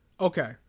Okay